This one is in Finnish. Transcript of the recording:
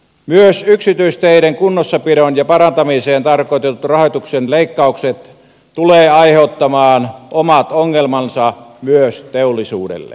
myös yksityisteiden kunnossapitoon ja parantamiseen tarkoitetut rahoituksen leikkaukset tulevat aiheuttamaan omat ongelmansa myös teollisuudelle